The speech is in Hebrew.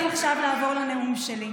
אני אשמח עכשיו לעבור לנאום שלי.